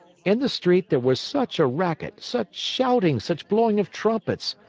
in the street, there was such a racket, such shouting, such blowing of trumpets,